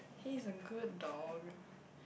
he's a good dog